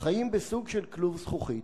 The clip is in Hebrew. חיים בסוג של כלוב זכוכית,